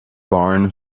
barn